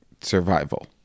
survival